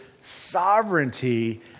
sovereignty